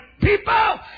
People